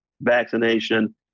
vaccination